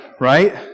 Right